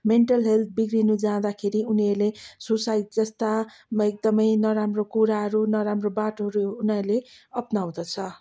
mental health बिग्रिनु जाँदाखेरि उनीहरूले सुसाइड जस्ता एकदमै नराम्रो कुराहरू नराम्रो बाटोहरू उनीहरूले अप्नाउँदछ